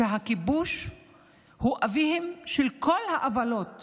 שהכיבוש הוא באמת אביהם של כל העוולות